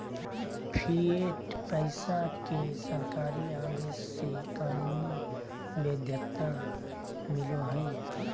fiat पैसा के सरकारी आदेश से कानूनी वैध्यता मिलो हय